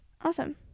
Awesome